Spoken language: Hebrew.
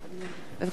בקימה.